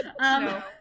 No